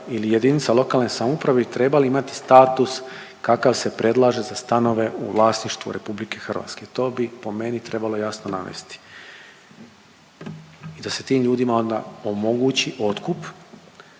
ili jedinica lokalne samouprave bi trebali imati status kakav se predlaže za stanove u vlasništvu RH, to bi po meni trebalo jasno navesti i da se tim ljudima onda omogući otkup